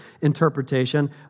interpretation